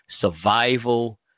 survival